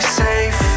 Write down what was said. safe